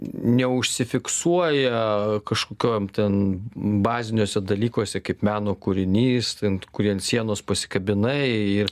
neužsifiksuoja kažkokiom ten baziniuose dalykuose kaip meno kūrinys ten kurį ant sienos pasikabinai ir